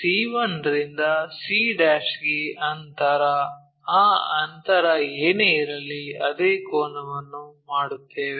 c1 ರಿಂದ c ಗೆ ಅಂತರ ಆ ಅಂತರ ಏನೇ ಇರಲಿ ಅದೇ ಕೋನವನ್ನು ಮಾಡುತ್ತೇವೆ